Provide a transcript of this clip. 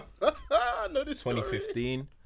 2015